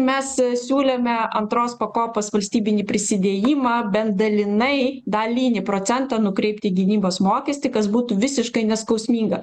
mes siūlėme antros pakopos valstybinį prisidėjimą bent dalinai dalinį procentą nukreipti į gynybos mokestį kas būtų visiškai neskausminga